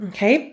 Okay